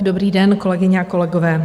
Dobrý den, kolegyně a kolegové.